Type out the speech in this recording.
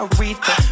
Aretha